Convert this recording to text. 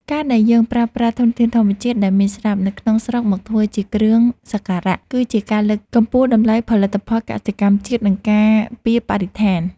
ការដែលយើងប្រើប្រាស់ធនធានធម្មជាតិដែលមានស្រាប់នៅក្នុងស្រុកមកធ្វើជាគ្រឿងសក្ការៈ គឺជាការលើកកម្ពស់តម្លៃផលិតផលកសិកម្មជាតិ និងការពារបរិស្ថាន។